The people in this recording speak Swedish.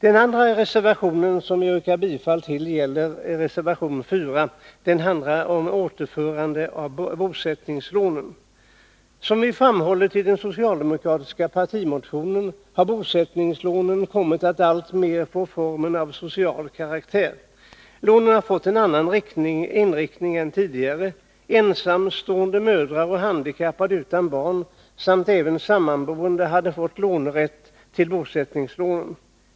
En annan reservation som jag yrkar bifall till är reservation nr 3. Den handlar om återinförande av bosättningslånen. Som vi framhållit i den socialdemokratiska partimotionen har bosättningslånen alltmera kommit att få social karaktär. Lånen har fått en annan inriktning än tidigare. Ensamstående mödrar och handikappade utan barn samt sammanboende hade fått rätt till bosättningslån.